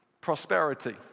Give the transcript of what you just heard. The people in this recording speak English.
Prosperity